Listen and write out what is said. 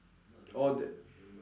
or that